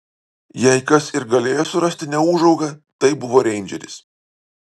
jei kas ir galėjo surasti neūžaugą tai buvo reindžeris